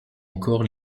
encore